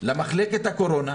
למחלקת הקורונה